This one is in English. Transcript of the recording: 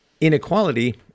inequality